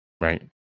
Right